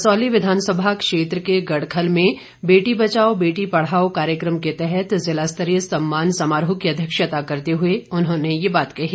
कसौली विधानसभा क्षेत्र के गढ़खल में बेटी बचाओ बेटी पढ़ाओं कार्यक्रम के तहत जिला स्तरीय सम्मान समारोह की अध्यक्षता करते हुए उन्होंने ये बात कही